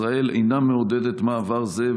ישראל אינה מעודדת מעבר זה,